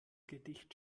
gedicht